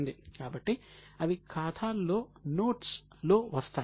కాబట్టి అవి ఖాతాల్లో నోట్స్లో వస్తాయి